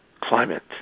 climate